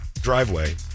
driveway